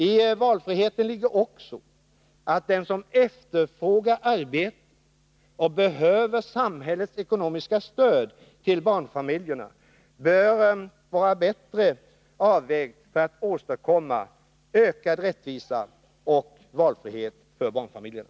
I valfriheten ligger också att insatserna för den som efterfrågar arbete och behöver samhällets ekonomiska stöd bör vara bättre avvägda för att åstadkomma ökad rättvisa och valfrihet för barnfamiljerna.